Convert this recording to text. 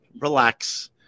Relax